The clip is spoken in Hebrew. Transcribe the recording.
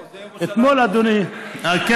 שנקרא: ירושלים המאוחדת.